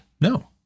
No